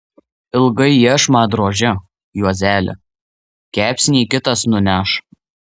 ilgai iešmą droži juozeli kepsnį kitas nuneš